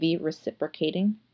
reciprocating